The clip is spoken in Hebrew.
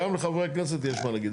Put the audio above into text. גם לחברי הכנסת יש מה להגיד.